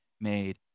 made